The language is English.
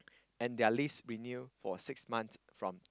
and their lease renew for six months from